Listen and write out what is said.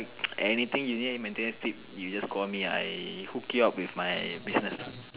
any thing you need with maintenance tip you just call me I hook you up with my business